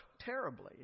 terribly